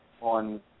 on